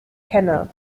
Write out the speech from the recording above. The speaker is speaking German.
kenne